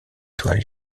toiles